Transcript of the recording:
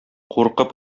куркып